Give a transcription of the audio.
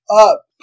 up